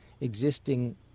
existing